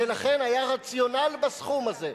ולכן היה רציונל בסכום הזה.